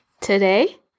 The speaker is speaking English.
Today